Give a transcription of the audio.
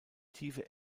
tiefe